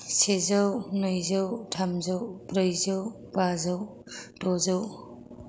सेजौ नैजौ थामजौ ब्रैजौ बाजौ द'जौ